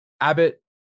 Abbott